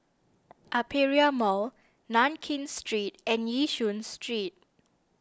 Aperia Mall Nankin Street and Yishun Street